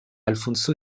alfonso